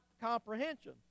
comprehension